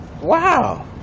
Wow